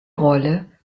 rolle